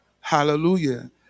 Hallelujah